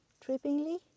trippingly